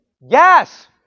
Yes